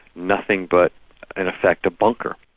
nothing but in effect a bunker.